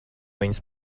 viņus